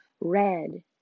red